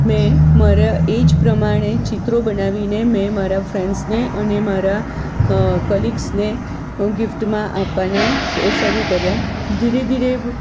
મેં મારા એજ પ્રમાણે ચિત્રો બનાવીને મે મારા ફ્રેન્ડ્સને અને મારા કલીગ્સને ગિફ્ટમાં આપવાના શરૂ કર્યા ધીરે ધીરે